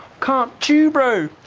can't chew bro.